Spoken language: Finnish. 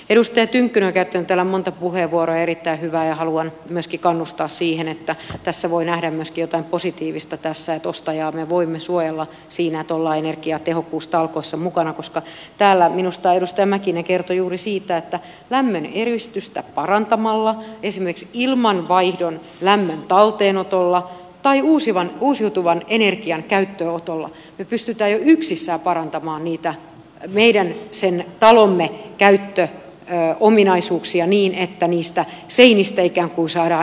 edustaja tynkkynen on käyttänyt täällä monta erittäin hyvää puheenvuoroa ja haluan kannustaa siihen että tässä voi nähdä myöskin jotakin positiivista että ostajaa me voimme suojella siinä että ollaan energiatehokkuustalkoissa mukana koska täällä edustaja mäkinen kertoi juuri siitä että lämmöneristystä parantamalla esimerkiksi ilmanvaihdon lämmön talteenotolla tai uusiutuvan energian käyttöönotolla me pystymme jo yksistään parantamaan niitä sen meidän talomme käyttöominaisuuksia niin että niistä seinistä ikään kuin saadaan enemmän irti